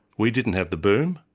we didn't have the boom,